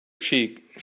cheek